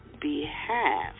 Behalf